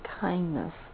kindness